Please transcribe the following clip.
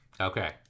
Okay